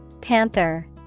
panther